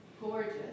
Gorgeous